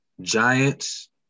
Giants